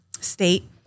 state